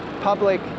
public